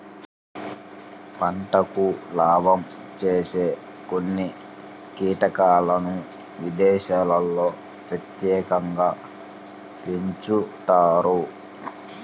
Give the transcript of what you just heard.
పంటకు లాభం చేసే కొన్ని కీటకాలను విదేశాల్లో ప్రత్యేకంగా పెంచుతారు